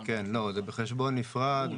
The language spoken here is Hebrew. כן, זה בחשבון נפרד.